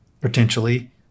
potentially